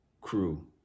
crew